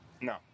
No